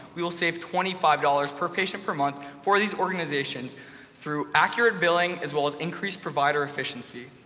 we will save twenty five dollars per patient per month for these organizations through accurate billing, as well as increased provider efficiency.